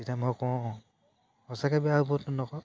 তেতিয়া মই কওঁ সঁচাকৈ বেয়া হ'ব আকৌ